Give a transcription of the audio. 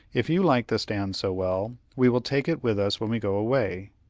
if you like the stand so well, we will take it with us when we go away.